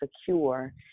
secure